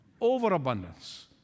Overabundance